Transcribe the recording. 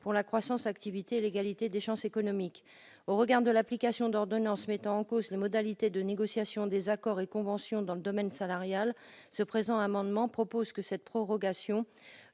pour la croissance, l'activité et l'égalité des chances économiques. Au regard de l'application d'ordonnances remettant en cause les modalités de négociation des accords et conventions dans le domaine salarial, il convient que cette prorogation